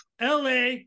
la